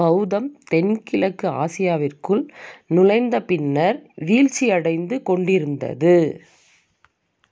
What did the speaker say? பெளதம் தென்கிழக்கு ஆசியாவிற்குள் நுழைந்த பின்னர் வீழ்ச்சியடைந்து கொண்டிருந்தது